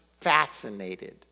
fascinated